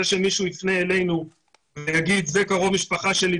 זה שמישהו יפנה אלינו ויגיד שזה קרו במשפחה שלי,